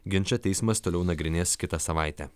ginčą teismas toliau nagrinės kitą savaitę